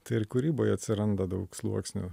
tai ir kūryboj atsiranda daug sluoksnių